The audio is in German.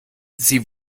sie